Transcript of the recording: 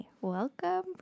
welcome